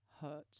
hurt